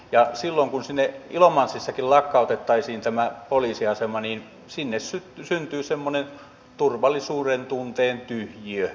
ja silloin kun siellä ilomantsissakin lakkautettaisiin tämä poliisiasema niin sinne syntyy semmoinen turvallisuudentunteen tyhjiö